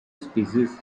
species